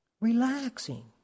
Relaxing